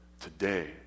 today